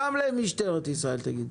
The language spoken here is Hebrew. גם למשטרת ישראל.